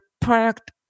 product